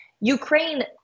Ukraine